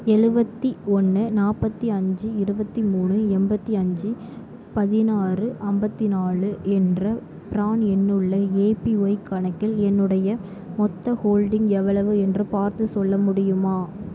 எழுவத்தி ஒன்று நாற்பத்தி அஞ்சு இருபத்தி மூணு எண்பத்தி அஞ்சு பதினாறு ஐம்பத்தி நாலு என்ற ப்ரான் எண்ணுள்ள ஏபிஒய் கணக்கில் என்னுடைய மொத்த ஹோல்டிங் எவ்வளவு என்று பார்த்து சொல்ல முடியுமா